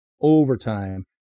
overtime